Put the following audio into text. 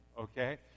okay